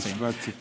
משפט סיכום.